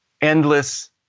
endless